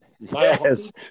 Yes